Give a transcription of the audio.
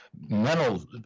mental